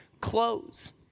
clothes